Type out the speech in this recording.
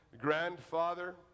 grandfather